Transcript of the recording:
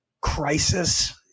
crisis